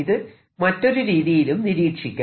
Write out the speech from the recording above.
ഇത് മറ്റൊരു രീതിയിലും നിരീക്ഷിക്കാം